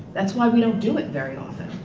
that's why we don't do it very often.